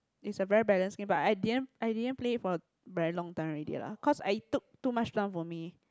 is a very balancing but I didn't I didn't play for very long time already lah cause I took too much down for me